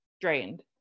drained